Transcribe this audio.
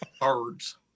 birds